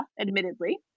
admittedly